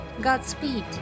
Godspeed